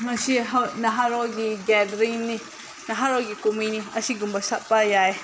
ꯃꯁꯤ ꯅꯍꯥꯔꯣꯜꯒꯤ ꯒꯦꯗꯔꯤꯡꯅꯤ ꯅꯍꯥꯔꯣꯜꯒꯤ ꯀꯨꯝꯃꯩꯅꯤ ꯑꯁꯤꯒꯨꯝꯕ ꯁꯛꯄ ꯌꯥꯏ